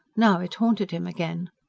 now it haunted him again.